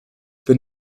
the